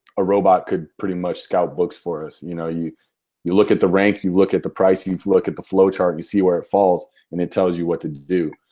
a robot could pretty much scout books for us. you know, you you look at the rank, you look at the price, you you look at the flowchart. you see where it falls and it tells you what to do.